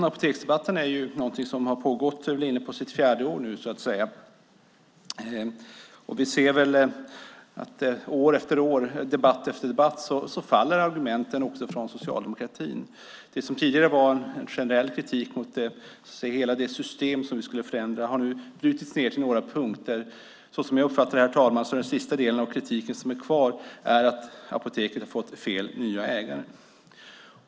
Herr talman! Apoteksdebatten är inne på sitt fjärde år nu. År efter år, under debatt efter debatt, faller argumenten från socialdemokratin. Det som tidigare var en generell kritik mot hela vår förändring av systemet har nu brutits ned till några punkter. Som jag uppfattar det, herr talman, är den sista delen av kritiken som är kvar att Apoteket har fått fel nya ägare.